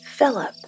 Philip